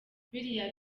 biriya